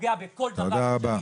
פוגעים בכל דבר שהוא.